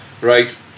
Right